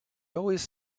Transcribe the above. always